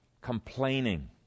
complaining